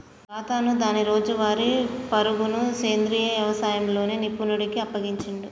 గాతను దాని రోజువారీ పరుగును సెంద్రీయ యవసాయంలో నిపుణుడికి అప్పగించిండు